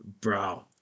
Bro